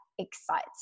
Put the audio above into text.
Excites